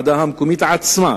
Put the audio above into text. הוועדה המקומית עצמה,